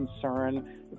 concern